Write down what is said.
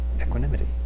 equanimity